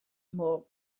more